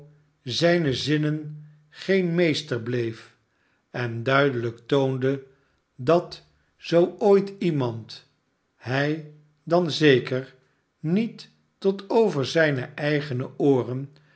zijne zinnen geen meester bleef en duidelijk toonde dat zoo ooit iemand hij dan zeker niet tot over zijne eigene ooren